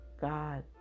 God